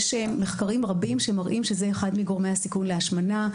יש מחקרים רבים שמראים שזה אחד מגורמי הסיכון להשמנה.